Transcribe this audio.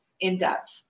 in-depth